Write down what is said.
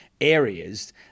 areas